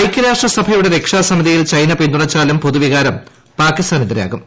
ഐക്യരാഷ്ട്രസഭയുടെ രക്ഷാസമിതിയിൽ ചൈന പിന്തുണച്ചാലും പൊതുവികാരം പാകിസ്ഥാന് എതിരാകും